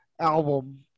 album